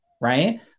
right